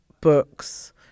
books